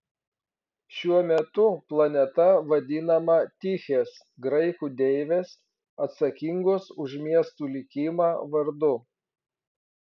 šiuo metu planeta vadinama tichės graikų deivės atsakingos už miestų likimą vardu